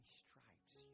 stripes